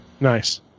Nice